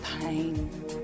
pain